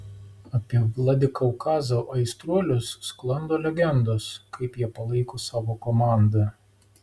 apie vladikaukazo aistruolius sklando legendos kaip jie palaiko savo komandą